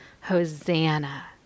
Hosanna